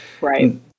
Right